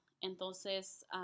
Entonces